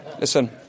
listen